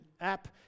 app